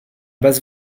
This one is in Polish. bez